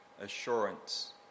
assurance